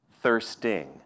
thirsting